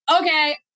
Okay